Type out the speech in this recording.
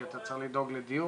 כי אתה צריך לדאוג לדיור,